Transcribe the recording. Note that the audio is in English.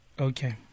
Okay